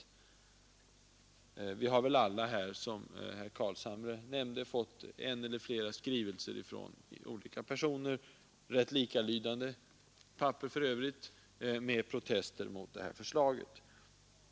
Alla ledamöter av kammaren har väl, som herr Carlshamre nämnde, fått en eller flera skrivelser — för övrigt tämligen likalydande — från olika personer med protester mot detta förslag.